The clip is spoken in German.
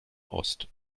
ost